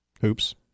Hoops